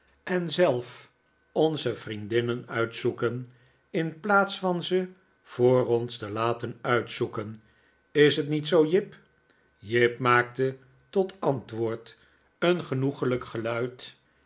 en zelf onze vriendinnen uitzoeken in plaats van ze voor ons te laten uitzoeken is het niet zoo jip jip maakte tot antwoord een genoeglijk geluid